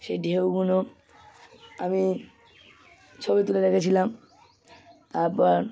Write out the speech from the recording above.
সেই ঢেউগুলো আমি ছবি তুলে রেখেছিলাম তারপর